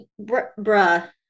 bruh